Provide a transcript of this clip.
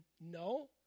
no